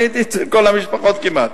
אני הייתי אצל כל המשפחות כמעט.